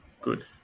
Good